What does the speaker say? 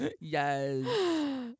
Yes